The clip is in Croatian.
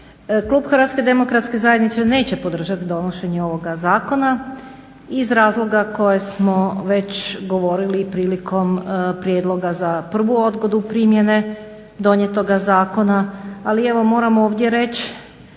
Klub Hrvatske demokratske zajednice neće podržati donošenje ovoga zakona iz razloga koje smo već govorili prilikom prijedloga za prvu odgodu primjene donijetoga zakona. Ali evo moram ovdje reći